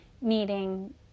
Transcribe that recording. needing